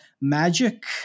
magic